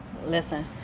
Listen